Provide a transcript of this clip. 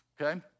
okay